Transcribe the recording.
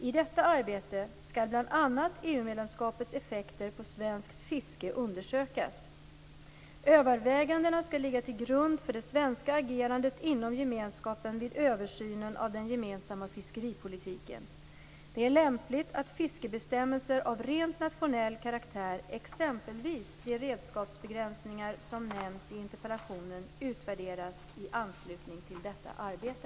I detta arbete skall bl.a. EU-medlemskapets effekter på svenskt fiske undersökas. Övervägandena skall ligga till grund för det svenska agerandet inom gemenskapen vid översynen av den gemensamma fiskeripolitiken. Det är lämpligt att fiskebestämmelser av rent nationell karaktär, exempelvis de redskapsbegränsningar som nämns i interpellationen, utvärderas i anslutning till detta arbete.